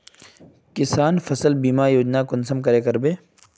किसान फसल बीमा योजना कुंसम करे करबे?